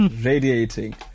Radiating